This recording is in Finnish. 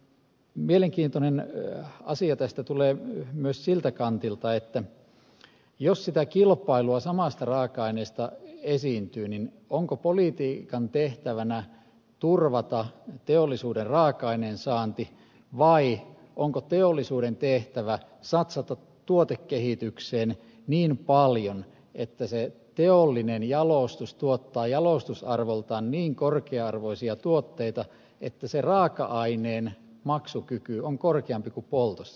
mielenkiintoinen asia tästä tulee myös siltä kantilta että jos kilpailua samasta raaka aineesta esiintyy niin onko politiikan tehtävänä turvata teollisuuden raaka aineen saanti vai onko teollisuuden tehtävä satsata tuotekehitykseen niin paljon että teollinen jalostus tuottaa jalostusarvoltaan niin korkea arvoisia tuotteita että raaka aineen maksukyky on korkeampi kuin poltossa